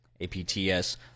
APTS